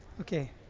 Okay